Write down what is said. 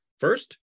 first